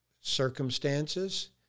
circumstances